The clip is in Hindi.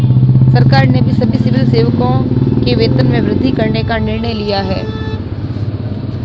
सरकार ने सभी सिविल सेवकों के वेतन में वृद्धि करने का निर्णय लिया है